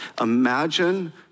Imagine